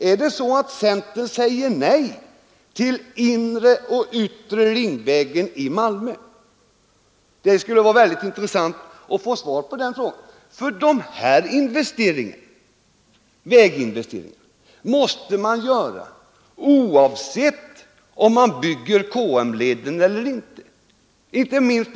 Är det så att centern säger nej till Inre och Yttre Ringvägen i Malmö? Det skulle vara intressant att få svar på dessa frågor, för de här väginvesteringarna måste man göra, oavsett om man bygger KM-leden eller inte.